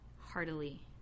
heartily